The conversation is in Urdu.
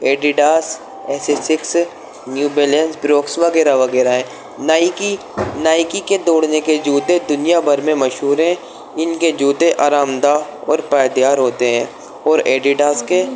Adidas Asics New Balance Brooks وغیرہ وغیرہ ہیں نائکی نائکی کے دوڑنے کے جوتے دنیا بھر میں مشہور ہیں ان کے جوتے آرام دہ اور پائیدیار ہوتے ہیں اور ایڈیڈاز کے